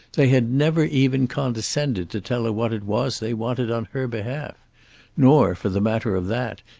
they had never even condescended to tell her what it was they wanted on her behalf nor, for the matter of that,